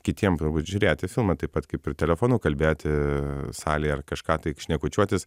kitiem turbūt žiūrėti filmą taip pat kaip ir telefonu kalbėti salėje ar kažką tai šnekučiuotis